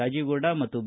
ರಾಜೀವಗೌಡ ಮತ್ತು ಬಿ